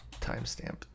timestamp